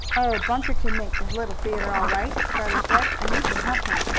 oh, bunker can make the little theatre, all right, charlie said. and we can help him.